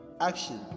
action